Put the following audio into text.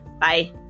Bye